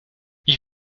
ich